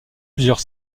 plusieurs